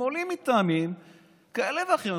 הם עולים מטעמים כאלה ואחרים,